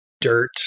dirt